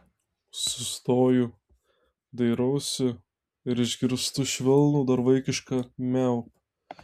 sustoju dairausi ir išgirstu švelnų dar vaikišką miau